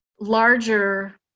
larger